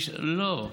לא,